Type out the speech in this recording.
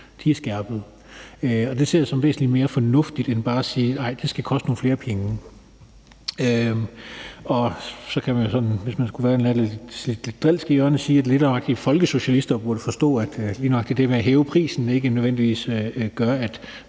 blevet skærpet, og det anser jeg som væsentlig mere fornuftigt end bare at sige, at det skal koste nogle flere penge. Så kan man jo sådan, hvis man skulle være i et lidt drilsk hjørne, sige, at lige nøjagtig folkesocialister burde kunne forstå, at det med at hæve prisen ikke nødvendigvis gør, at